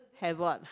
have what